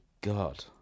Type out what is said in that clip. God